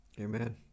Amen